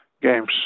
games